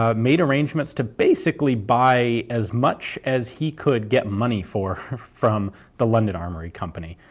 ah made arrangements to basically buy as much as he could get money for from the london armoury company.